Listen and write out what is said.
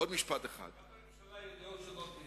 גם בממשלה יש דעות שונות.